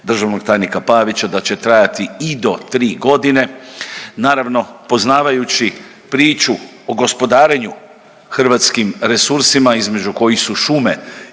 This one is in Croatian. državnog tajnika Pavića da će trajati i do 3 godine. Naravno, poznavajući priču o gospodarenju hrvatskim resursima, između kojih su šume